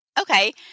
Okay